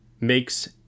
makes